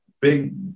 big